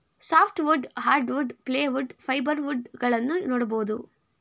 soft wood, hardwood, plywood, fibre wood ಗಳನ್ನೂ ನೋಡ್ಬೋದು